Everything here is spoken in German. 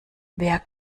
wer